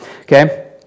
okay